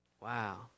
Wow